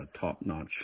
top-notch